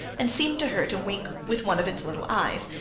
and seemed to her to wink with one of its little eyes,